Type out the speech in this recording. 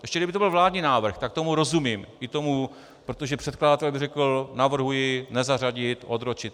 Ještě kdyby to byl vládní návrh, tak tomu rozumím, protože předkladatel by řekl: navrhuji nezařadit, odročit.